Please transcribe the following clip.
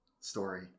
story